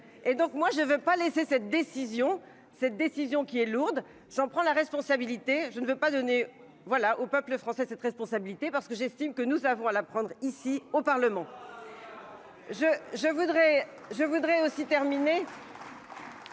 Et donc moi je ne veux pas laisser cette décision, cette décision qui est lourde, j'en prends la responsabilité, je ne veux pas donner voilà au peuple français cette responsabilité parce que j'estime que nous avons à l'apprendre ici au Parlement. Je je voudrais, je voudrais aussi terminer.